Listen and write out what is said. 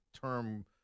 term